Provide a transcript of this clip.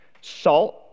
salt